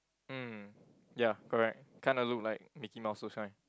mm ya correct kinda look like Mickey Mouse